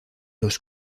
los